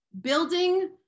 Building